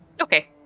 Okay